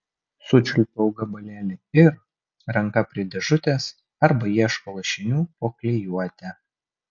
sučiulpiau gabalėlį ir ranka prie dėžutės arba ieško lašinių po klijuotę